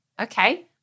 Okay